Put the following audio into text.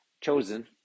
chosen